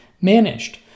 managed